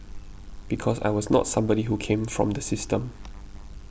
because I was not somebody who came from the system